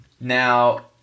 Now